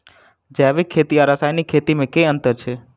जैविक खेती आ रासायनिक खेती मे केँ अंतर छै?